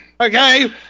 Okay